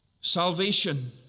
Salvation